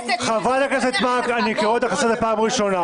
חברת הכנסת מארק, אני קורא אותך לסדר פעם ראשונה.